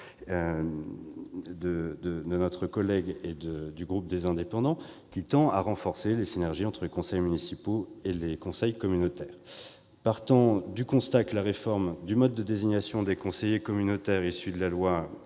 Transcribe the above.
et des membres du groupe Les Indépendants, qui tend à renforcer les synergies entre les conseils municipaux et les conseils communautaires. S'il faut partir du constat que la réforme du mode de désignation des conseillers communautaires, issue de la loi